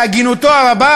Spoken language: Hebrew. בהגינותו הרבה,